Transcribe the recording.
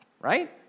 right